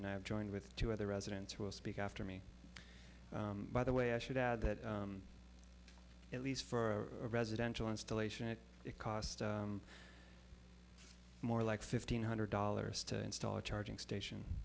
and i've joined with two other residents who speak after me by the way i should add that at least for a residential installation it it cost more like fifteen hundred dollars to install a charging station